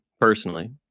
personally